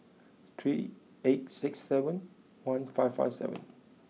three eight six seven one five five seven